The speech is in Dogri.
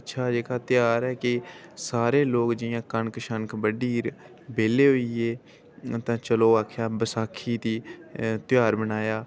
अच्छा जेह्का ध्यार ऐ की सारे लोक जियां कनक शनक बड्ढियै बेह्ल्ले होई गे हू'न ते चलो आखेआ बसाखी दा ध्यार बनाया